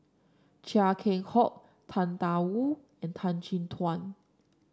Chia Keng Hock Tang Da Wu and Tan Chin Tuan